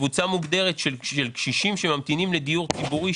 קבוצה מוגדרת של קשישים שממתינים לדיור ציבורי,